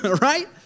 right